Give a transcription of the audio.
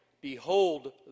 Behold